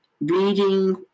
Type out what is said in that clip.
reading